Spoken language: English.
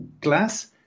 glass